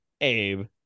Abe